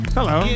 Hello